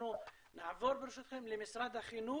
אנחנו נעבור ברשותכם למשרד החינוך.